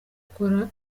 gukora